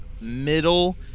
Middle